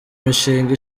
mishinga